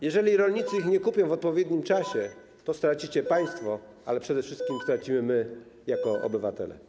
Jeżeli rolnicy ich nie kupią w odpowiednim czasie, to stracicie państwo, ale przede wszystkim stracimy my jako obywatele.